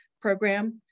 program